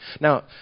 Now